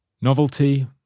Novelty